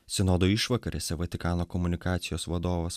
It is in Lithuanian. sinodo išvakarėse vatikano komunikacijos vadovas